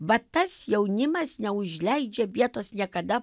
vat tas jaunimas neužleidžia vietos niekada